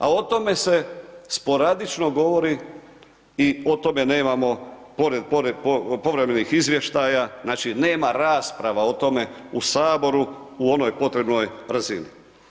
A o tome sporadično govori i o tome nemamo povremenih izvještaja, znači nema rasprava o tome u Saboru, u onoj potrebnoj razini.